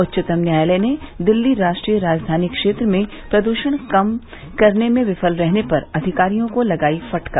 उच्चतम न्यायालय ने दिल्ली राष्ट्रीय राजधानी क्षेत्र में प्रदूषण कम करने में विफल रहने पर अधिकारियों को लगाई फटकार